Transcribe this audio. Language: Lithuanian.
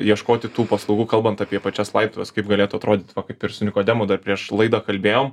ieškoti tų paslaugų kalbant apie pačias laidotuves kaip galėtų atrodyti va kaip ir su nikodemu dar prieš laidą kalbėjom